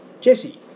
Jesse